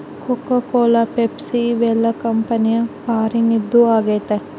cocoa Cola Pepsi ಇವೆಲ್ಲ company ಫಾರಿನ್ದು ಆಗೈತೆ